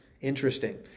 Interesting